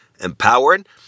empowered